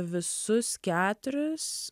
visus keturis